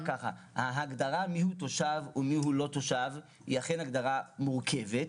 ההגדרה מיהו תושב ומיהו לא תושב היא אכן הגדרה מורכבת,